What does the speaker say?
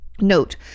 note